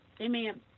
Amen